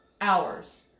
hours